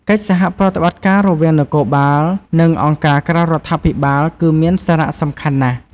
កិច្ចសហប្រតិបត្តិការរវាងនគរបាល និងអង្គការក្រៅរដ្ឋាភិបាលគឺមានសារៈសំខាន់ណាស់។